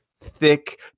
thick